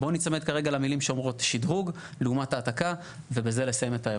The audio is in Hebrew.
בואו נצמד כרגע למילים שאומרות שדרוג לעומת העתקה ובזה נסיים את האירוע.